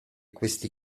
questi